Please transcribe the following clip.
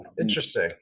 Interesting